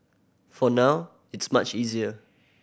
for now it's much easier